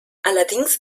allerdings